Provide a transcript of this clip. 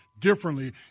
differently